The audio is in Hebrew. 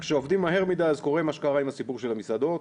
אבל כשעובדים מהר מדי אז קורה מה שקרה עם הסיפור של המסעדות,